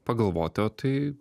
pagalvoti o tai